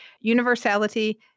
universality